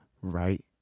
right